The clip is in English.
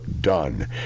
done